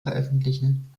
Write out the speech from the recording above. veröffentlichen